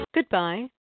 Goodbye